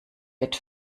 bett